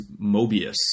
Mobius